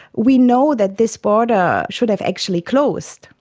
we know that this border should have actually closed.